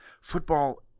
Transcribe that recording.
Football